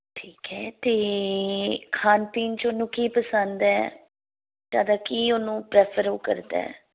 ਠੀਕ ਹੈ ਅਤੇ ਖਾਣ ਪੀਣ 'ਚ ਉਹਨੂੰ ਕੀ ਪਸੰਦ ਹੈ ਜ਼ਿਆਦਾ ਕੀ ਉਹਨੂੰ ਪ੍ਰੈਫਰ ਉਹ ਕਰਦਾ